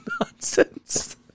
nonsense